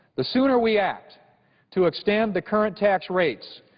the sooner we act to extend the current tax rates,